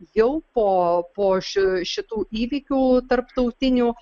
jau po po ši šitų įvykių tarptautinių